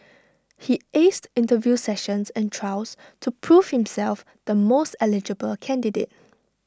he aced interview sessions and trials to prove himself the most eligible candidate